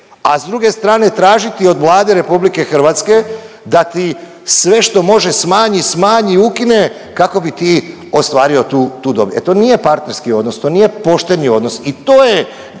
a s druge strane tražiti od Vlade RH da ti sve što može smanji, smanji, ukine kako bi ti ostvario tu dobit. E to nije partnerski odnos, to nije pošteni odnos i to je,